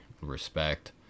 respect